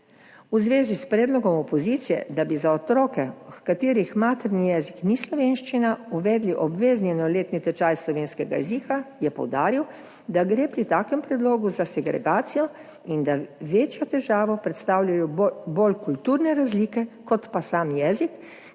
V zvezi s predlogom opozicije, da bi za otroke, katerih materni jezik ni slovenščina, uvedli obvezni enoletni tečaj slovenskega jezika, je poudaril, da gre pri takem predlogu za segregacijo in da večjo težavo predstavljajo bolj kulturne razlike kot pa sam jezik,